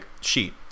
sheet